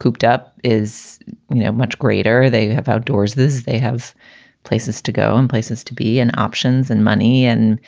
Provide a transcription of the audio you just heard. cooped up is you know much greater. they have outdoors this. they have places to go and places to be and options and money and,